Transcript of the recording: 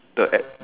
the heck